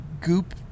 goop